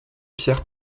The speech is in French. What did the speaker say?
pierre